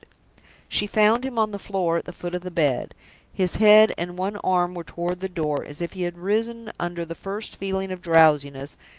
she found him on the floor at the foot of the bed his head and one arm were toward the door, as if he had risen under the first feeling of drowsiness,